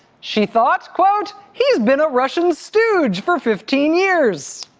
she thought, quote, he's been a russian stooge for fifteen years.